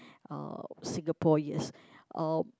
uh Singapore yes uh